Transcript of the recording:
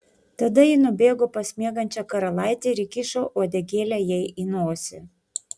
tada ji nubėgo pas miegančią karalaitę ir įkišo uodegėlę jai į nosį